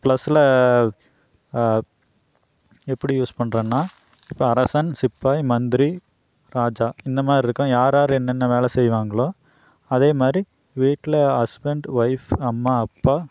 ப்ளஸ்ஸில் எப்படி யூஸ் பண்ணுறன்னா இப்போ அரசன் சிப்பாய் மந்திரி ராஜா இந்தமாதிரி இருக்கும் யார் யாரு என்னென்ன வேலை செய்வாங்களோ அதேமாதிரி வீட்டில் ஹஸ்பென்ட் ஒயிஃப் அம்மா அப்பா